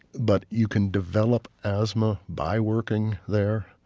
but you can develop asthma by working there.